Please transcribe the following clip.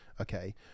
Okay